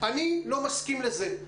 אני לא מסכים לזה.